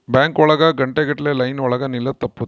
bank ಒಳಗ ಗಂಟೆ ಗಟ್ಲೆ ಲೈನ್ ಒಳಗ ನಿಲ್ಲದು ತಪ್ಪುತ್ತೆ